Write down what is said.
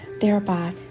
Thereby